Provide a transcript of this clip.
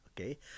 okay